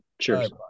Cheers